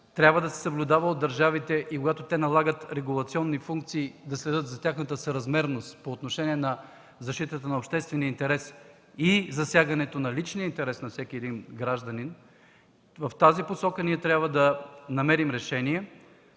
трябва да се съблюдават от държавите, и когато те налагат регулационни функции, да следят за тяхната съразмерност по отношение на защитата на обществения интерес и засягането на личния интерес на всеки един гражданин. В тази посока ние трябва да намерим решение.